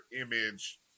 image